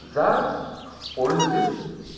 যাৰ পৰিণতিত